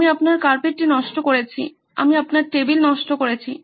আমি আপনার কার্পেট নষ্ট করেছি আমি আপনার টেবিল নষ্ট করেছি